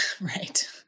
Right